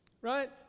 Right